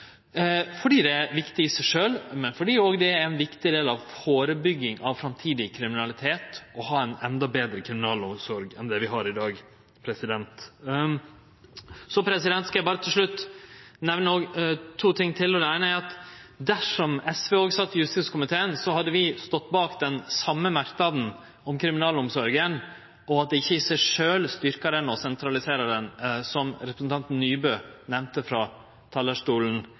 fordi det er viktig i seg sjølv, og fordi det er ein viktig del av førebygging av framtidig kriminalitet å ha ei endå betre kriminalomsorg enn det vi har i dag. Så skal eg til slutt berre nemne to ting til. Det eine er at dersom SV sat i justiskomiteen, hadde vi stått bak den merknaden om kriminalomsorga, om at det ikkje i seg sjølv styrkjer kriminalomsorga å sentralisere henne, som representanten Nybø nemnde frå talarstolen